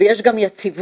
ויש גם יציבות.